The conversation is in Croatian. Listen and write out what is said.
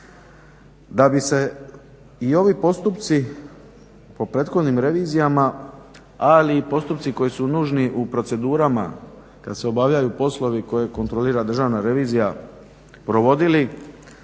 Da bi se i ovi postupci po prethodnim revizijama, ali i postupci koji su nužni u procedurama kad se obavljaju poslovi koje kontrolira Državna revizija provodili,